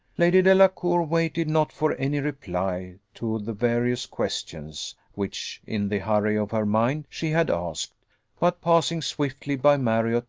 lady delacour waited not for any reply to the various questions which, in the hurry of her mind, she had asked but, passing swiftly by marriott,